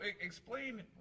explain